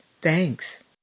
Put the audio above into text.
Thanks